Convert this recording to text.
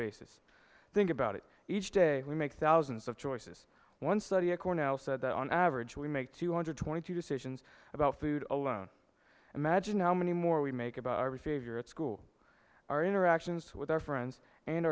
basis think about it each day we make thousands of choices one study of cornell said that on average we make two hundred twenty two decisions about food alone imagine how many more we make about our favorite school our interactions with our friends and